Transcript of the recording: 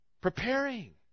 Preparing